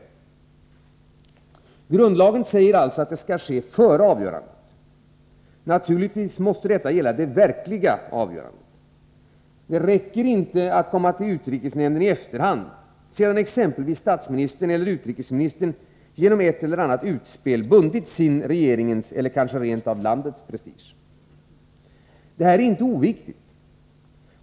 Grundlagen säger alltså att överläggningen skall ske ”före avgörandet”. Naturligtvis måste detta gälla det verkliga avgörandet. Det räcker inte att komma till utrikesnämnden i efterhand, sedan exempelvis statsministern eller utrikesministern genom ett eller annat ”utspel” bundit sin, regeringens eller kanske rent av landets prestige. Det här är inte oviktigt.